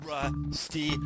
Rusty